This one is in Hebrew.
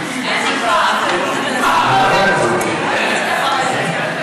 כמו שלא דאגתם לביטחון התושבים בצפון ולמיגון